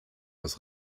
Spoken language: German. das